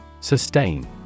Sustain